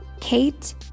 Kate